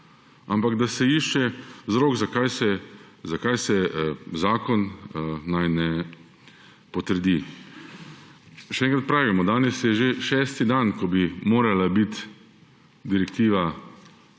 ampak da se išče vzrok, zakaj se zakon naj ne potrdi. Še enkrat pravimo, danes je že šesti dan, ko bi morala biti direktiva